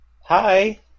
hi